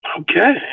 okay